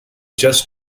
just